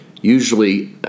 usually